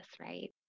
right